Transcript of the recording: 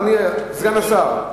אדוני סגן השר.